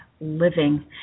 living